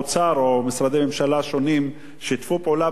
השונים שיתפו פעולה בנושא בשביל לעודד.